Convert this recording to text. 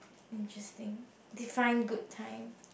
interesting define good time